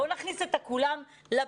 בואו נכניס את כולם לביחד.